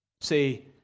Say